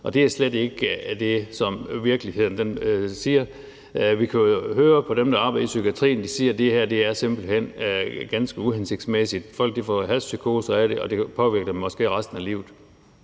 Og det er slet ikke det, som virkeligheden viser. Vi kan jo høre på dem, der arbejder i psykiatrien, at de siger, at det her simpelt hen er ganske uhensigtsmæssigt. Folk får hashpsykoser af det, og det påvirker dem måske resten af livet.